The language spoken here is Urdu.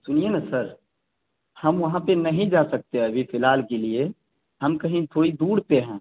سنیے نا سر ہم وہاں پہ نہیں جا سکتے ابھی فی الحال کے لیے ہم کہیں تھوڑی دور پہ ہیں